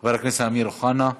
חבר הכנסת אמיר אוחנה,